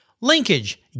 Linkage